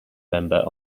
member